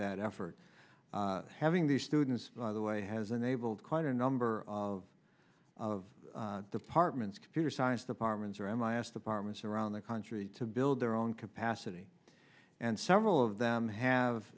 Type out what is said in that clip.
that effort having these students by the way has enabled quite a number of of departments computer science departments around last departments around the country to build their own capacity and several of them have